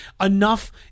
enough